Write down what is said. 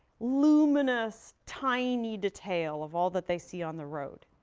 luminous, tiny detail of all that they see on the road.